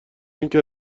اینکه